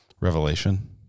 Revelation